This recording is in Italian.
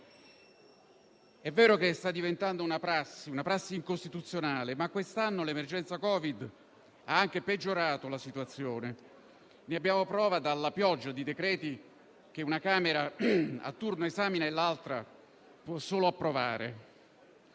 È vero che sta diventando una prassi, una prassi incostituzionale, ma quest'anno l'emergenza Covid ha anche peggiorato la situazione. Ne abbiamo prova dalla pioggia di decreti che una Camera a turno esamina e l'altra può solo ratificare,